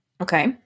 Okay